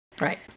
Right